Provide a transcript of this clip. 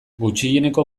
gutxieneko